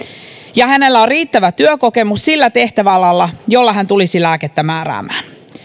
ja hänellä on riittävä työkokemus sillä tehtäväalalla jolla hän tulisi lääkettä määräämään